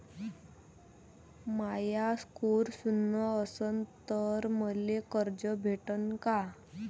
माया score शून्य असन तर मले कर्ज भेटन का?